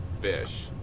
fish